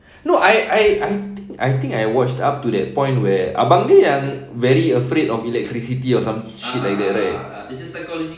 no I I I think I think I watched up to that point where abang dia yang very afraid of electricity or some shit like that right